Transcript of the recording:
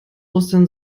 ostern